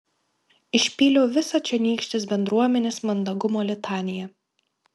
išpyliau visą čionykštės bendruomenės mandagumo litaniją